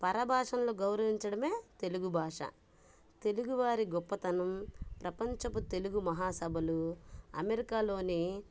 పరభాషలను గౌరవించడమే తెలుగు భాష తెలుగువారి గొప్పతనం ప్రపంచపు తెలుగు మహాసభలు అమెరికాలోని